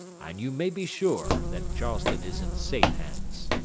and you may be sure that charleston is in safe hands.